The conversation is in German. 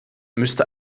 müsste